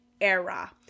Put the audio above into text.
era